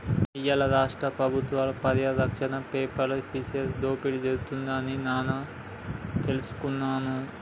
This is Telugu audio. ఇయ్యాల రాష్ట్ర పబుత్వాల పర్యారక్షణలో పేర్ల్ ఫిషరీస్ దోపిడి జరుగుతుంది అని నాను తెలుసుకున్నాను